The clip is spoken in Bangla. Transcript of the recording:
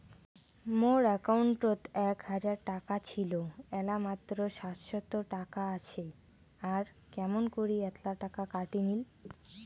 মোর একাউন্টত এক হাজার টাকা ছিল এলা মাত্র সাতশত টাকা আসে আর কেমন করি এতলা টাকা কাটি নিল?